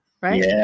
Right